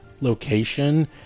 location